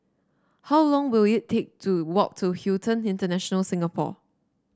how long will it take to walk to Hilton International Singapore